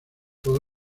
toda